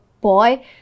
boy